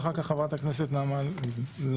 ואחר כך חברת הכנסת נעמה לזימי.